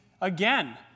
again